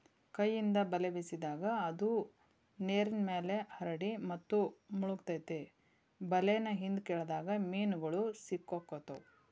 ಕೈಯಿಂದ ಬಲೆ ಬೇಸಿದಾಗ, ಅದು ನೇರಿನ್ಮ್ಯಾಲೆ ಹರಡಿ ಮತ್ತು ಮುಳಗತೆತಿ ಬಲೇನ ಹಿಂದ್ಕ ಎಳದಾಗ ಮೇನುಗಳು ಸಿಕ್ಕಾಕೊತಾವ